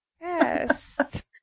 Yes